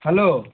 hello